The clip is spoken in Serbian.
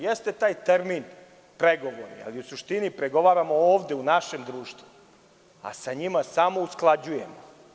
Jeste termin „pregovori“, ali mi u suštini pregovaramo ovde, u našem društvu, a sa njima samo usklađujemo.